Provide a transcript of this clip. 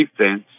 defense